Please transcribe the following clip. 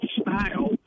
style